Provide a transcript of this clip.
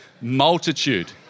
multitude